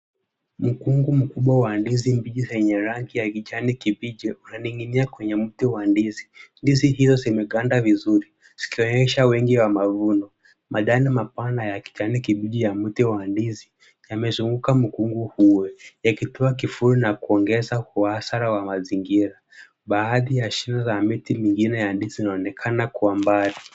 Mikungu mikubwa ya ndizi mbichi zenye rangi ya kijani kibichi unaninginia kwenye mti wa ndizi. Ndizi hiyo zimekanda vizuri zikionyesha wengi wa mavuno madana mapana wa kijani kibichi ya mti wa ndizi yamezunguka mkungu huo yakitoa kivuli na kuongeza uhasara wa mazingira. Baadhi ya juu ya mti mwingine wa ndizi unaonekana kwa mbali.